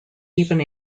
even